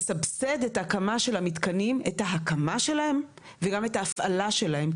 לסבסד את ההקמה של המתקנים ואת ההפעלה שלהם.